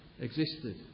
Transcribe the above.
existed